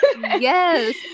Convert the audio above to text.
Yes